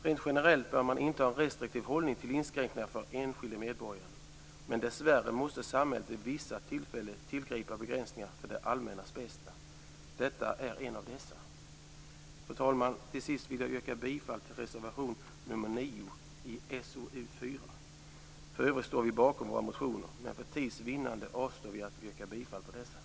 Rent generellt bör man inta en restriktiv hållning till inskränkningar för den enskilde medborgaren, men dessvärre måste samhället vid vissa tillfällen tillgripa begränsningar för det allmännas bästa. Detta är ett av dessa. Fru talman! Till sist yrkar jag bifall till reservation 9 i SoU4. För övrigt står vi bakom våra motioner, men för tids vinnande avstår jag från att yrka bifall till dessa.